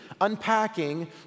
unpacking